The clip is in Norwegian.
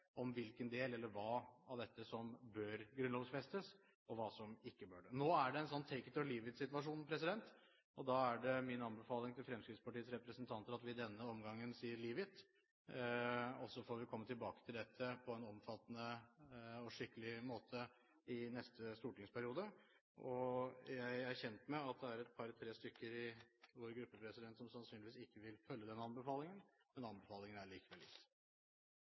om hvilken del eller hva av dette som bør grunnlovfestes, og hva som ikke bør det. Nå er det en sånn «take-it-or-leave-it»-situasjon, og da er det min anbefaling til Fremskrittspartiets representanter at vi i denne omgang sier «leave it», og så får vi komme tilbake til dette på en omfattende og skikkelig måte i neste stortingsperiode. Jeg er kjent med at det er et par–tre stykker i vår gruppe som sannsynligvis ikke vil følge denne anbefalingen, men anbefalingen er